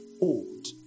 old